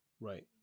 Right